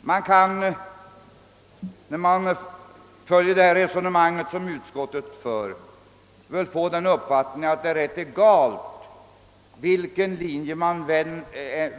Man kan av utskottets resonemang få den uppfattningen att det är rätt egalt huruvida man